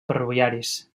ferroviaris